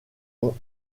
ont